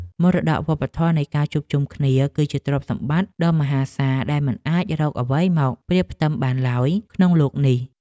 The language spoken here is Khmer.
មរតកវប្បធម៌នៃការជួបជុំគ្នា គឺជាទ្រព្យសម្បត្តិដ៏មហាសាលដែលមិនអាចរកអ្វីមកប្រៀបផ្ទឹមបានឡើយក្នុងលោកនេះ។